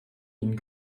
ihnen